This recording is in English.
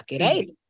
right